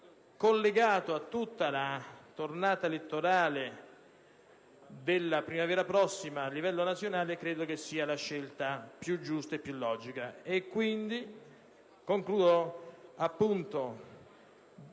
collegato a tutta la tornata elettorale della primavera prossima a livello nazionale credo sia la scelta più giusta e logica. Voglio quindi